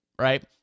right